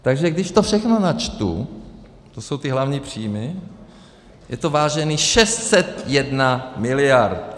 Takže když to všechno načtu to jsou ty hlavní příjmy je to, vážení, 601 mld.!